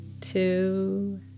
two